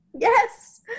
Yes